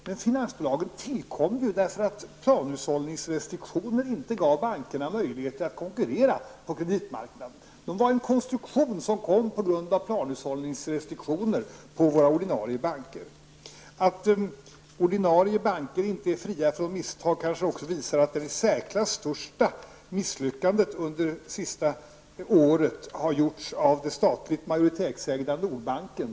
Men finansbolagen tillkom därför att planhushållningsrestriktioner inte gav bankerna möjligheter att konkurrera på kreditmarknaden. De var en konstruktion som kom på grund av planhushållningsrestriktioner för våra ordinarie banker. Att de ordinarie bankerna inte är fria från misstag visas av att det i särklass största misslyckandet under det senaste året har gjorts av det statligt majoritetsägda Nordbanken.